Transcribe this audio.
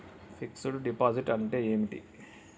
Fix డ్ deposit అంటే ఏమిటి?